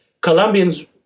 Colombians